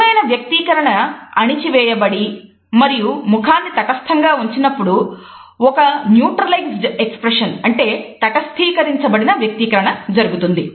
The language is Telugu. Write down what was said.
నిజమైన వ్యక్తీకరణ అణచివేయబడి మరియు ముఖాన్ని తటస్థంగా ఉంచినపుడు ఒక న్యూట్రలైజ్డ్ ఎక్స్ప్రెషన్ జరుగుతుంది